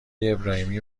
ابراهیمی